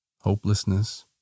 hopelessness